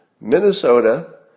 Minnesota